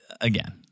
again